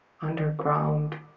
underground